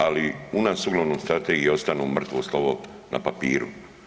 Ali u nas uglavnom strategije ostanu mrtvo slovo na papiru.